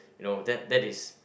you know that that is